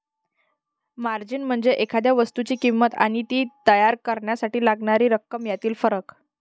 margin म्हणजे एखाद्या वस्तूची किंमत आणि ती तयार करण्यासाठी लागणारी रक्कम यातील फरक